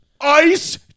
Ice